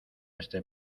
este